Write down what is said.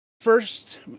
first